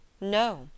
No